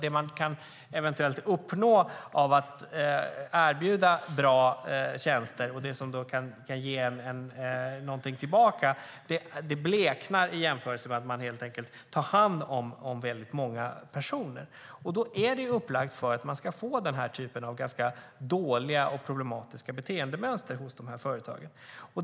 Det man eventuellt kan uppnå genom att erbjuda bra tjänster, och det som kan ge någonting tillbaka, bleknar nämligen i jämförelse med att helt enkelt ta hand om många personer. Då är det ju upplagt för att vi får den här typen av dåliga och problematiska beteendemönster hos företagen.